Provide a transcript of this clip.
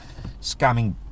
Scamming